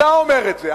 אתה אומר את זה.